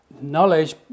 knowledge